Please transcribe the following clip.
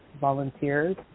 volunteers